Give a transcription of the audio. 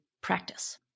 practice